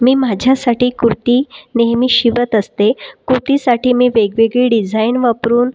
मी माझ्यासाठी कुर्ती नेहमी शिवत असते कुर्तीसाठी मी वेगवेगळी डीझाईन वापरून